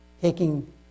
taking